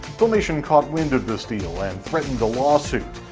filmation caught wind of this deal, and threatened a lawsuit.